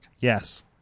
Yes